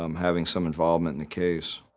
um having some involvement in the case.